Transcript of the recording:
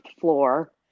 floor